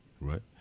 right